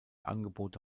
angebote